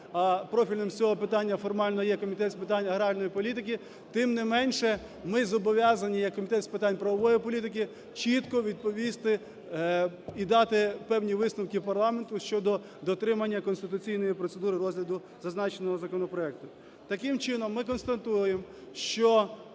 профільним з цього питання формально є Комітет з питань аграрної політики. Тим не менше, ми зобов'язані як Комітет з питань правової політики чітко відповісти і дати певні висновки парламенту щодо дотримання конституційної процедури розгляду зазначеного законопроекту. Таким чином, ми констатуємо, що